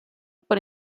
por